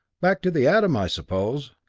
back to the atom, i suppose.